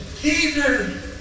Peter